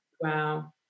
Wow